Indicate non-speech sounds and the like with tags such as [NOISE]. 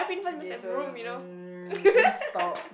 okay so [NOISE] don't stop